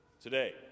Today